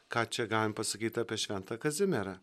ką čia galim pasakyt apie šventą kazimierą